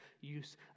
use